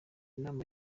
inama